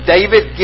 David